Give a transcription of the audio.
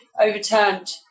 overturned